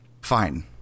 Fine